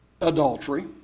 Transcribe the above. adultery